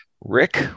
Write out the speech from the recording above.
Rick